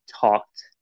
talked